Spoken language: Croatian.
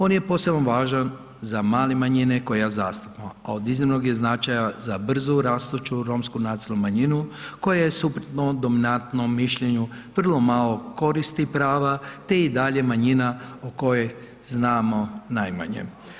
On je posebno važan za male manjine koje ja zastupam, a od iznimnog je značaja za brzo rastuću romsku nacionalnu manjinu koja je suprotno dominantnom mišljenju vrlo malo koristi prava te i dalje manjina o kojoj znamo najmanje.